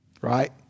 right